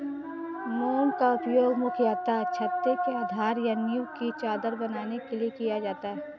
मोम का उपयोग मुख्यतः छत्ते के आधार या नीव की चादर बनाने के लिए किया जाता है